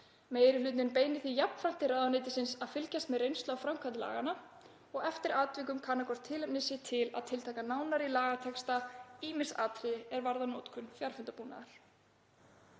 Meiri hlutinn beinir því jafnframt til ráðuneytisins að fylgjast með reynslu af framkvæmd laganna og eftir atvikum kanna hvort tilefni sé til að tiltaka nánar í lagatexta ýmis atriði er varða notkun fjarfundarbúnaðar.